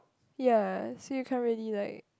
ya so you can't really like